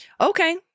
Okay